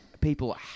people